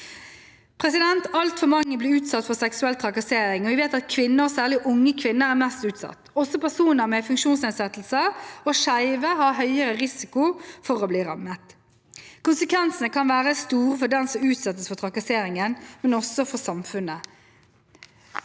høring. Altfor mange blir utsatt for seksuell trakassering, og vi vet at kvinner, særlig unge kvinner, er mest utsatt. Også skeive og personer med funksjonsnedsettelse har høyere risiko for å bli rammet. Konsekvensene kan være store for den som utsettes for trakasseringen, men også samfunnet